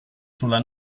sulla